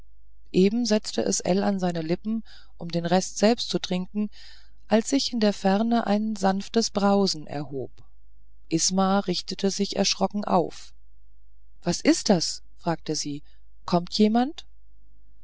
eben setzte es ell an seine lippen um den rest selbst zu trinken als sich in der ferne ein dumpfes brausen erhob isma richtete sich erschrocken auf was ist das fragte sie kommt jemand